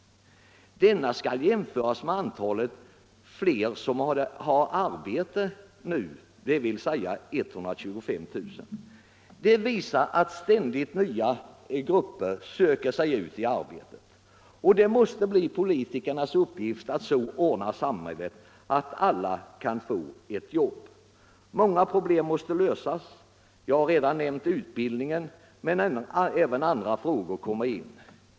Detta skall jämföras med ökningen av antalet personer som har arbete, dvs. 125 000. Detta visar att ständigt nya grupper söker sig ut i arbete och att det måste bli politikernas uppgift att så ordna samhället att alla kan få ett jobb. Många problem måste lösas. Jag har redan nämnt utbildningen, men även andra frågor kommer in.